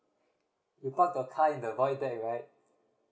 you park your car in the void that right